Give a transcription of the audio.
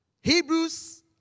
Hebrews